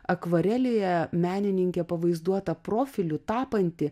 akvarelėje menininkė pavaizduota profiliu tapanti